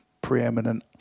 preeminent